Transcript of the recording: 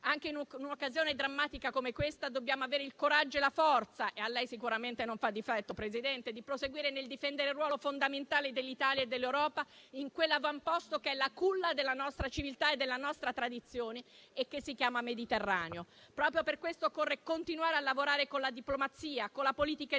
Anche in un'occasione drammatica come questa dobbiamo avere il coraggio e la forza, che a lei sicuramente non fanno difetto, Presidente - di proseguire nel difendere il ruolo fondamentale dell'Italia e dell'Europa in quell'avamposto che è la culla della nostra civiltà e della nostra tradizione e che si chiama Mediterraneo. Proprio per questo occorre continuare a lavorare con la diplomazia, con la politica internazionale,